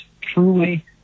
truly